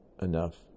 enough